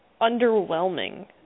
underwhelming